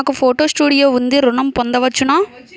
నాకు photo studio ఉంది ఋణం పొంద వచ్చునా?